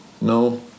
no